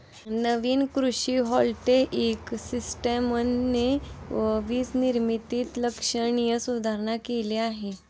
नवीन कृषी व्होल्टेइक सिस्टमने वीज निर्मितीत लक्षणीय सुधारणा केली आहे